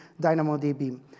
DynamoDB